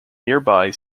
nearby